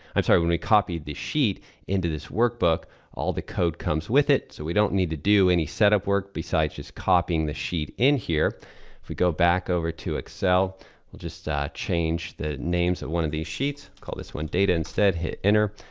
i'm sorry, when we copied the sheet into this workbook all the code comes with it so we don't need to do any setup work besides just copying the sheet in here. if we go back over to excel i'll just change the names of one of these sheets. i'll call this one data instead, hit enter.